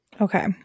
Okay